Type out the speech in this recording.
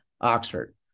Oxford